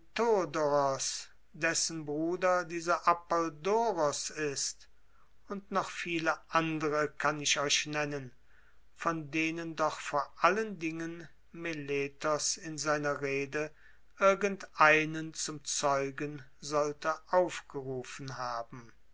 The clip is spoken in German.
dessen bruder dieser apolldoros ist und noch viele andere kann ich euch nennen von denen doch vor allen dingen meletos in seiner rede irgend einen zum zeugen sollte aufgerufen haben